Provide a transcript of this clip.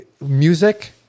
music